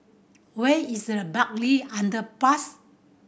where is Bartley Underpass